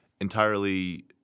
entirely